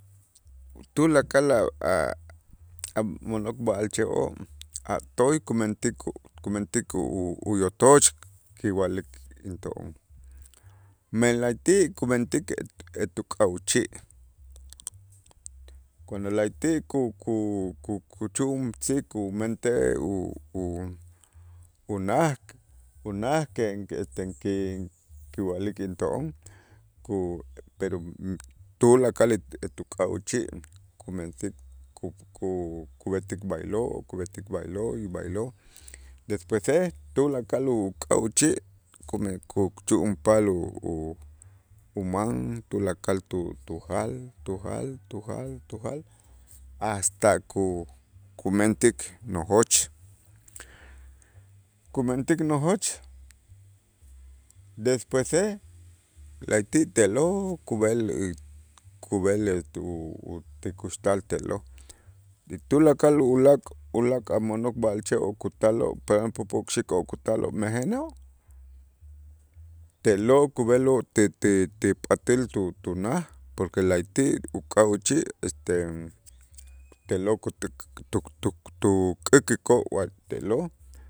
Tulakal a' a' a' mo'nok b'a'alche'oo' a' toy kumentik kumentik u- uyotoch kiwa'lik into'on, men la'ayti' kumentik et- etu ka' uchi', cuando la'ayti' ku- ku- ku- kuchu'un tz'iib' umentej u- u- unaj unaj ki- kiwa'lik into'on ku pero, tulakal et- etu ka' uchi' kumentik ku- ku- kub'etik b'aylo' kub'etik b'aylo' y b'aylo', despuese tulakal uk'a uchi' kuchu'unpal u- u- uman tulakal tu- tujal, tujal, tujal, tujal hasta ku- kumentik nojoch kumentik nojoch, despuese la'ayti' te'lo' kub'el y kub'el etu ti kuxtal te'lo', tulakal ulaak' ulaak' a' mo'nok b'a'alche'oo' kutaloo' popokxik'oo' kutaloo' mejenoo', te'lo' kub'eloo' ti ti ti p'atäl tu- tunaj, porque la'ayti' uka' uchi' este te'lo' tuk'ukikoo' wa te'lo'